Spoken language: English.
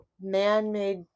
man-made